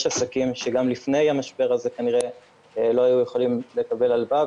עסקים שגם לפני המשבר הזה כנראה לא היו יכולים לקבל הלוואה,